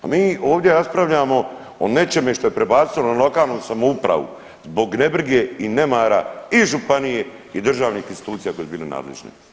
A mi ovdje raspravljamo o nečeme što je prebacilo na lokalnu samoupravu zbog ne brine i nemara i županije i državnih institucija koje su bile nadležne.